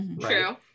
True